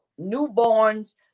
newborns